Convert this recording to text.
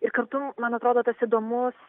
ir kartu man atrodo tas įdomus